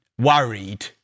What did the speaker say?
worried